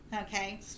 Okay